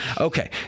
Okay